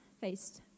faced